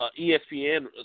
ESPN